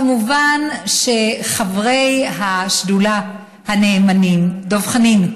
כמובן, חברי השדולה הנאמנים, דב חנין,